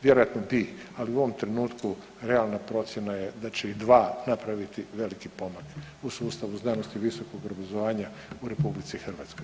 Vjerojatno bi, ali u ovom trenutku realna procjena je da će i dva napraviti veliki pomak u sustavu znanosti i visokog obrazovanja u RH.